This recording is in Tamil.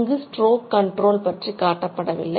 இங்கு ஸ்ட்ரோக் கண்ட்ரோல் பற்றி காட்டப்படவில்லை